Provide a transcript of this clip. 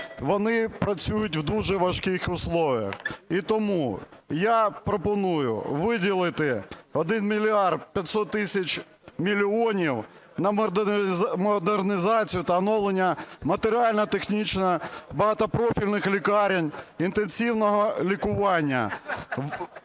вони працюють у дуже важких условіях. І тому я пропоную виділити 1 мільярд 500 тисяч мільйонів на модернізацію та оновлення матеріально-технічних багатопрофільних лікарень інтенсивного лікування.